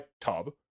tub